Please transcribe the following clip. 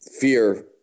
Fear